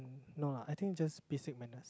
no lah I think just basic manner